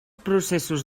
processos